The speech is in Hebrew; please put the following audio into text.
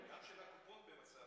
גם של הקופות במצב רע.